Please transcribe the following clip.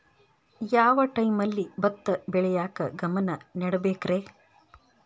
ಯಾವ್ ಟೈಮಲ್ಲಿ ಭತ್ತ ಬೆಳಿಯಾಕ ಗಮನ ನೇಡಬೇಕ್ರೇ?